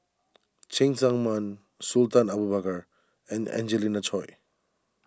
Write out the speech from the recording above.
Cheng Tsang Man Sultan Abu Bakar and Angelina Choy